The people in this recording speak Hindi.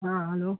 हाँ हेलो